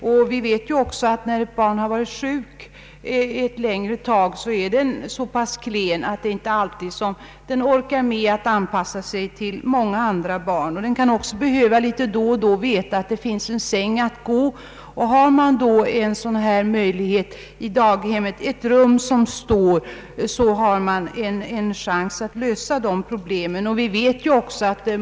Likaså vet vi att när ett barn har varit sjukt en längre tid är barnet så pass klent att det inte alltid orkar med att anpassa sig till många andra barn. Barnet kan även då och då behöva veta att det har en säng att tillgå. Finns det då möjlighet att ha ett rum till förfogande i daghemmet, har man en chans att lösa de problemen.